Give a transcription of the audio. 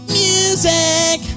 music